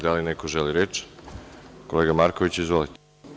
Da li neko želi reč? (Da.) Kolega Markoviću, izvolite.